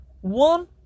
one